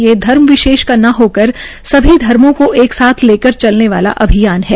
ये धर्म विशेष का न होकर सभी धर्मो को एक साथ लेकर चलने वाला अभियान है